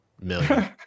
million